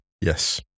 Yes